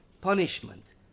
punishment